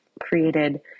created